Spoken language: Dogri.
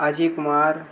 अजय कुमार